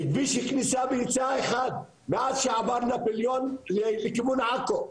יש כניסה ויציאה אחד מאז שעבר נפוליאון לכיוון עכו,